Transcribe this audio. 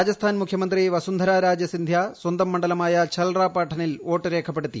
രാജസ്ഥാൻ മുഖ്യമനത്രി വസുന്ധര രാജെ സിന്ധ്യ സ്വന്തം മണ്ഡലമായ ഝാൽറാപാഠനിൽ വോട്ട് രേഖപ്പെടുത്തി